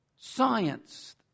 Science